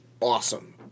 awesome